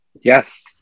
Yes